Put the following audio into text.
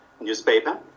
newspaper